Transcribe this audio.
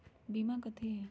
बीमा कथी है?